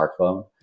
smartphone